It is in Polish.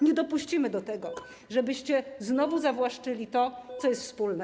Nie dopuścimy do tego, żebyście znowu zawłaszczyli to, co jest wspólne.